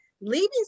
leaving